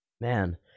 Man